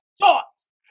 thoughts